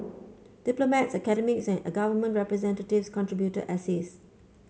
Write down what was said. diplomats academics and government representatives contributed essays